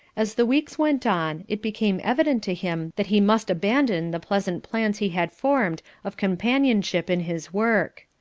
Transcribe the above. as the weeks went on, it became evident to him that he must abandon the pleasant plans he had formed of companionship in his work.